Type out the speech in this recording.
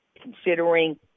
Considering